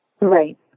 Right